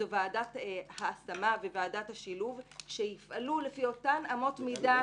זו ועדת ההשמה וועדת השילוב שיפעלו לפי אותן אמות מידה